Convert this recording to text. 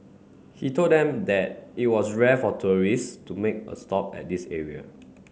he told them that it was rare for tourists to make a stop at this area